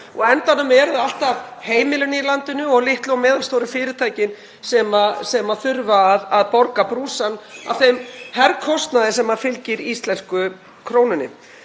Á endanum eru það alltaf heimilin í landinu og litlu og meðalstóru fyrirtækin sem þurfa að borga brúsann af þeim herkostnaði sem fylgir íslensku krónunni.